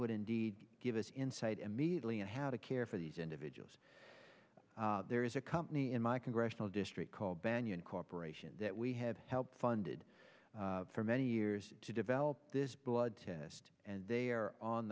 would indeed give us insight immediately and how to care for these individuals there is a company in my congressional district called banyan corporation that we have helped funded for many years to develop this blood test and they are on